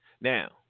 Now